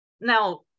Now